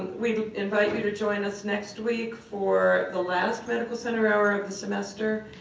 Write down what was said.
we invite you to join us next week for the last medical center hour of the semester,